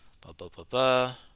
Ba-ba-ba-ba